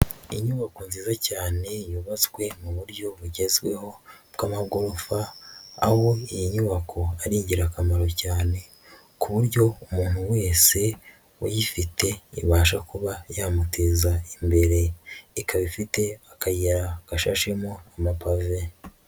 Inyubako nziza cyane yubatswe mu buryo bugezweho bw'amagorofa, aho iyi nyubako ari ingirakamaro cyane ku buryo umuntu wese uyifite ibasha kuba yamuteza imbere, ikaba ifite akayira gashashemo amapave.